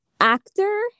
actor